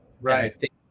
Right